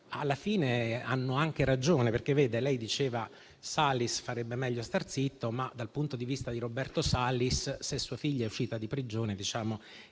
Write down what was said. alla fine hanno anche ragione. Lei diceva che Salis farebbe meglio a star zitto. Ma, dal punto di vista di Roberto Salis, sua figlia è uscita di prigione proprio